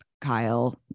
Kyle